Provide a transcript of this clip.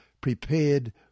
prepared